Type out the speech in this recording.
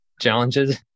challenges